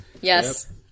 Yes